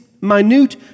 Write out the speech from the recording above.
minute